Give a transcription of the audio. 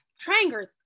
Triangles